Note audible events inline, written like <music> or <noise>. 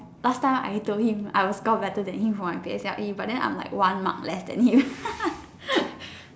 last time I told him I will score better than him for my P_S_L_E but then I'm like one mark less than him <laughs>